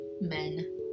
men